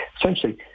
essentially